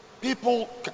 people